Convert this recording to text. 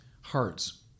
hearts